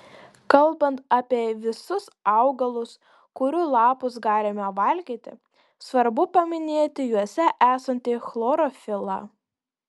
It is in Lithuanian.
kalbant apie visus augalus kurių lapus galime valgyti svarbu paminėti juose esantį chlorofilą